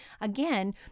again